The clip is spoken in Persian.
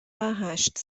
هشت